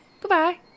Goodbye